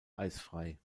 eisfrei